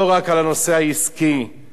הוויכוח צריך להיות על התכנים.